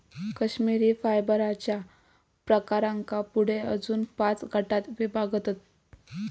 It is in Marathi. कश्मिरी फायबरच्या प्रकारांका पुढे अजून पाच गटांत विभागतत